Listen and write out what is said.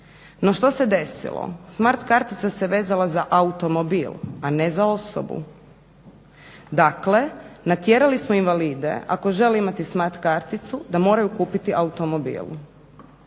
No što se desilo, smart kartica se vezala za automobil a ne za osobu, dakle natjerali smo invalide ako žele imati smart karticu da moraju kupiti automobil